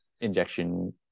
injection